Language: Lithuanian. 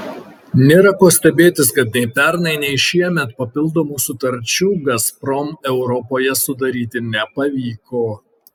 nėra ko stebėtis kad nei pernai nei šiemet papildomų sutarčių gazprom europoje sudaryti nepavyko